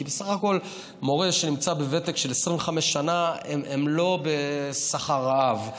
כי בסך הכול מורה בוותק של 25 שנה הוא לא בשכר רעב.